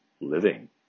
living